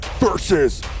Versus